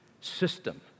system